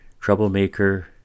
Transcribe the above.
troublemaker